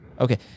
Okay